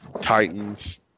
Titans